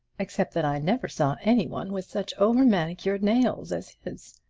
except that i never saw any one with such overmanicured nails as his.